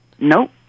nope